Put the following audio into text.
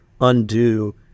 undo